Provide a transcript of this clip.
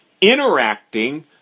interacting